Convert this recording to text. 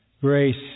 grace